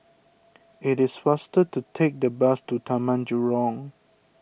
it is faster to take the bus to Taman Jurong